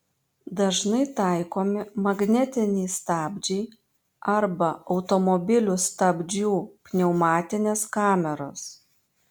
dažnai taikomi magnetiniai stabdžiai arba automobilių stabdžių pneumatinės kameros